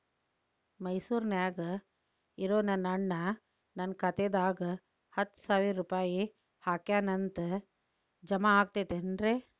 ಮೈಸೂರ್ ನ್ಯಾಗ್ ಇರೋ ನನ್ನ ಅಣ್ಣ ನನ್ನ ಖಾತೆದಾಗ್ ಹತ್ತು ಸಾವಿರ ರೂಪಾಯಿ ಹಾಕ್ಯಾನ್ ಅಂತ, ಜಮಾ ಆಗೈತೇನ್ರೇ?